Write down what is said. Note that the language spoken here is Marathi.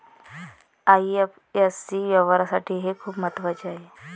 आई.एफ.एस.सी व्यवहारासाठी हे खूप महत्वाचे आहे